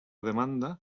demanda